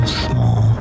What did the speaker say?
small